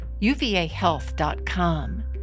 uvahealth.com